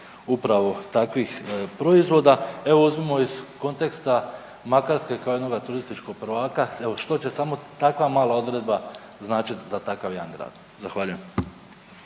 upravo takvih proizvoda. Evo, uzmimo iz konteksta Makarske kao jednoga turističkog prvaka, evo, što će samo takva mala odredba značiti za takav jedan grad. Zahvaljujem.